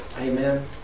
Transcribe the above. Amen